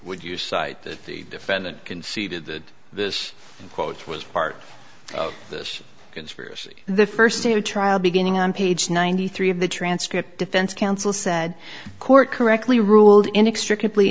would you cite the defendant conceded that this quote was part of this conspiracy the first day of trial beginning on page ninety three of the transcript defense counsel said court correctly ruled inextricably